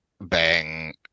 bang